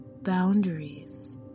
boundaries